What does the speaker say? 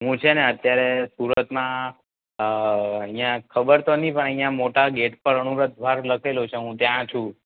હુ છે ને અત્યારે સુરતમાં અહીંયા ખબર તો નથી પણ અહીંયા મોટા ગેટ પર અણુવ્રત દ્વાર લખેલું છે હું ત્યાં છું